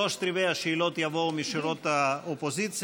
שלושת רבעי השאלות יבואו משורות האופוזיציה.